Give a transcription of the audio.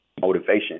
motivation